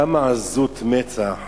כמה עזות מצח